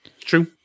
True